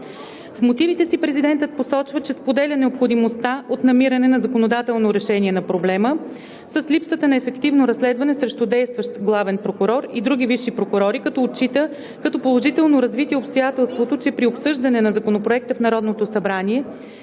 В мотивите си президентът посочва, че споделя необходимостта от намиране на законодателно решение на проблема с липсата на ефективно разследване срещу действащ главен прокурор и други висши прокурори, като отчита като положително развитие обстоятелството, че при обсъждане на Законопроекта в Народното събрание